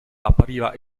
appariva